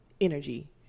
energy